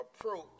approach